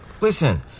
listen